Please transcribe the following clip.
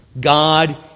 God